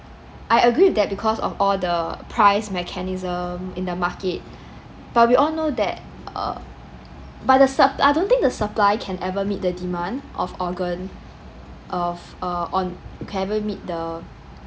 I agree with that because of all the price mechanism in the market but we all know that err but the sup~ I don't think that the supply can ever meet the demand of organ of uh on can ever meet the